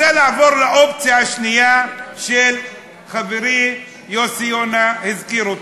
עכשיו אני רוצה לעבור לאופציה השנייה שחברי יוסי יונה הזכיר.